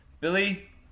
Billy